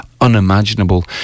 unimaginable